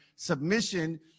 Submission